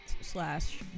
slash